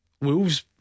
Wolves